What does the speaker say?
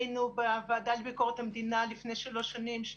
היינו בוועדה לפני שלוש שנים היינו בוועדה